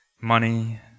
money